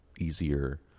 easier